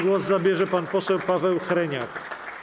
Głos zabierze pan poseł Paweł Hreniak.